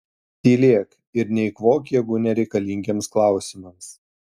tylėk ir neeikvok jėgų nereikalingiems klausimams